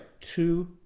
two